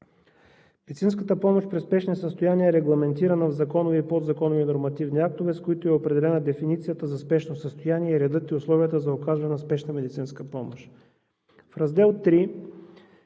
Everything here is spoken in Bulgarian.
медицинската помощ при спешни състояния е регламентирана в законови и подзаконови нормативни актове, с които е определена дефиницията за спешно състояние и редът и условията за оказване на спешна медицинска помощ.